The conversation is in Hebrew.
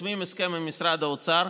חותמים הסכם עם משרד האוצר,